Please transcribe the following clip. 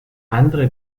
andre